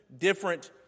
different